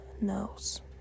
knows